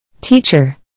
Teacher